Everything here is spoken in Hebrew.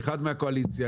אחד מהקואליציה,